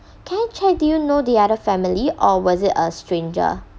can I check do you know the other family or was it a stranger